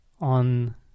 on